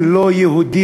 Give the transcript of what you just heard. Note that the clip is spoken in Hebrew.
כי הם לא יהודים.